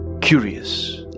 curious